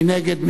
מי נגד?